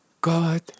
God